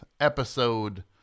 episode